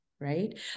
right